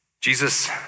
Jesus